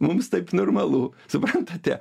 mums taip normalu suprantate